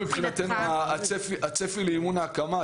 מבחינתנו הצפי לאימון ההקמה,